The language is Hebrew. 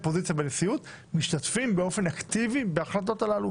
אופוזיציה בנשיאות משתתפים באופן אקטיבי בהחלטות הללו.